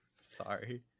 sorry